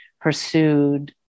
pursued